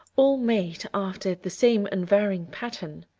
all made after the same unvarying pattern.